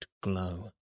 glow